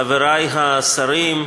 חברי השרים,